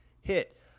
hit